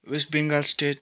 west Bengal state